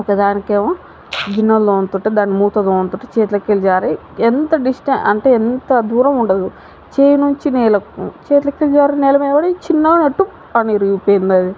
ఒకదానికేమో గిన్నెలు తోముతుంటే దాని మూత తోముతుంటే చేతిలోకెళ్ళి జారి ఎంత డిస్ట్ అంటే ఎంత దూరం ఉండదు చేయి నుంచి నేలకు చేతిలోకెళ్ళి జారి నేల మీద పడి చిన్న నట్టు పడి విరిగిపోయింది అది